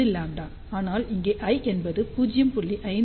5λ ஆனால் இங்கே l என்பது 0